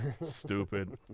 Stupid